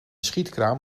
schietkraam